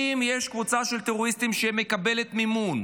אם יש קבוצה של טרוריסטים שמקבלת מימון